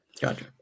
Gotcha